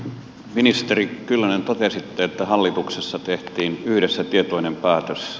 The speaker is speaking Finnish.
ministeri kyllönen totesitte että hallituksessa tehtiin yhdessä tietoinen päätös